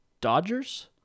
Dodgers